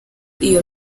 iyo